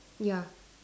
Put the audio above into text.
ya